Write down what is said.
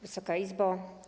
Wysoka Izbo!